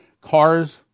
Cars